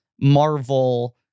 Marvel